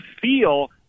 feel